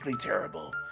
Terrible